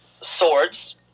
swords